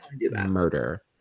murder